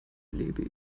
lebe